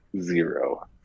zero